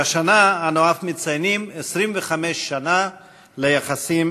והשנה אנו אף מציינים 25 שנה ליחסים